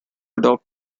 adopt